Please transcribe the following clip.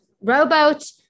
rowboat